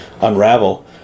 unravel